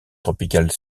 tropicale